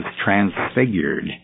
transfigured